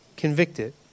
convicted